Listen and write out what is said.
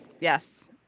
Yes